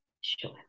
Sure